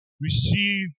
receive